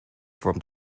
from